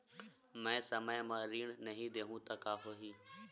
मैं समय म ऋण नहीं देहु त का होही